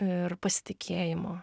ir pasitikėjimo